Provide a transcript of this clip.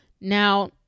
Now